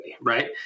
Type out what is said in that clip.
Right